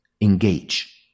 engage